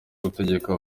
gutegeka